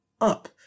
up